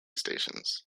stations